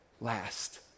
last